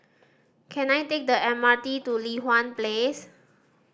can I take the M R T to Li Hwan Place